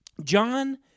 John